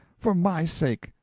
for my sake,